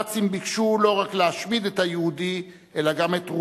הנאצים ביקשו לא רק להשמיד את היהודי אלא גם את רוחו,